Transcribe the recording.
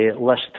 list